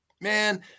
Man